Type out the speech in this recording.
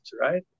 right